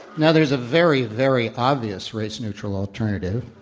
now, there's a very, very obvious race neutral alternative,